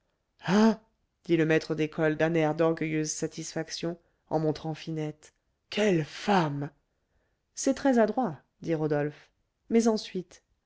le maître d'école d'un air d'orgueilleuse satisfaction en montrant finette quelle femme c'est très adroit dit rodolphe mais ensuite